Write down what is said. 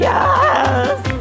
Yes